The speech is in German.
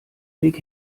weg